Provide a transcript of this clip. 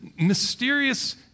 mysterious